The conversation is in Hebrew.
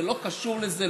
זה לא קשור לזה,